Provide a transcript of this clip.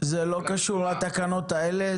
זה לא קשור לתקנות האלה.